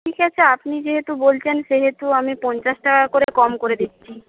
ঠিক আছে আপনি যেহেতু বলছেন সেহেতু আমি পঞ্চাশ টাকা করে কম করে দিচ্ছি